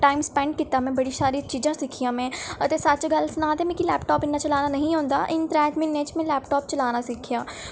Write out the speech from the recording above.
time spend कीता में बड़ी सारियां चीजां सिक्खियां में हां ते सच गल्ल सनां ते मिकी लैपटाप इन्ना चलाना नेईं औंदा इ'नें त्रै म्हीने च में लैपटाप चलाना सिक्खेआ